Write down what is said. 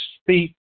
speak